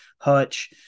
hutch